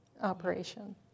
operation